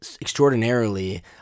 extraordinarily